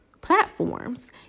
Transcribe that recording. platforms